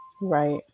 Right